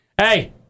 Hey